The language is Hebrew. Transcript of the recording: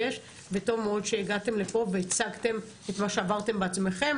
אש וטוב מאוד שזה הגעתם לפה והצגתם את מה שעברתם בעצמכם.